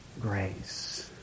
grace